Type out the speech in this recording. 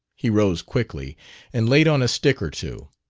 he rose quickly and laid on a stick or two.